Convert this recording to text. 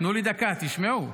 תנו לי דקה, תשמעו.